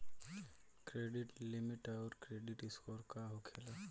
Credit limit आउर credit score का होखेला?